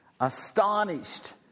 Astonished